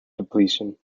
depletion